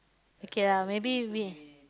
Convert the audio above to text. okay lah maybe we